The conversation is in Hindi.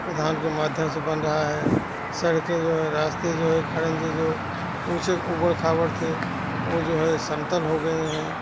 प्रधान के माध्यम से बन रहा है सड़के जो है रास्ते जो है खरंजे जो उँचे उबड़ खाबड़ थे वो जो है समतल हो गए हैं